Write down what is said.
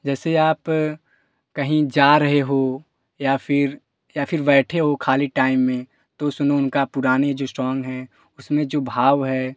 जैसे आप कहीं जा रहे हो या फिर या फिर बैठे हो खाली टाइम में तो सुनो उनका पुराने जो सॉंग हैं उसमे जो भाव है